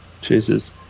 Jesus